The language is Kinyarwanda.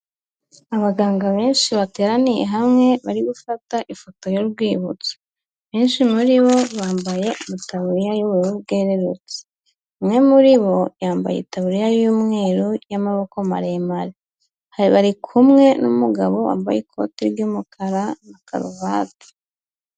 Abaganga benshi bateraniye hamwe bari gufata ifoto y'urwibutso, benshi muri bo bambaye matabuya y'ubururu bwererutse, umwe muri bo yambaye itaburiya y'umweru y'amaboko maremare, bari kumwe n'umugabo wambaye ikoti ry'umukara na karuvati.